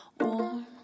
warm